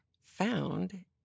found